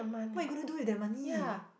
what you gonna do with that money